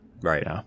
Right